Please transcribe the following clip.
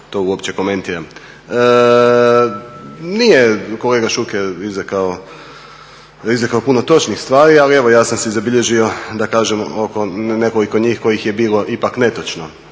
to uopće komentiram. Nije kolega Šuker izrekao puno točnih stvari, ali evo ja sam si zabilježio da kažem oko nekoliko njih koje je bilo ipak netočno.